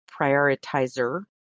prioritizer